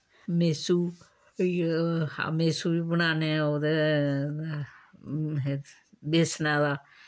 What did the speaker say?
मेसु फ्ही मेसु बी बनान्ने ओह्दे बेसने दा